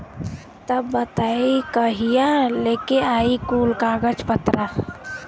तब बताई कहिया लेके आई कुल कागज पतर?